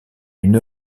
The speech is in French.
une